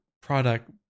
product